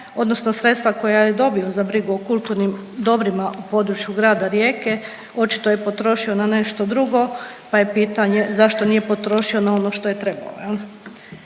odnosno sredstva koja je dobio za brigu o kulturnim dobrima u području grada Rijeke, očito je potrošio na nešto drugo pa je pitanje zašto nije potrošio na ono što je trebao,